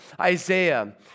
Isaiah